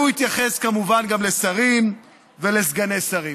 הוא התייחס כמובן גם לשרים ולסגני שרים.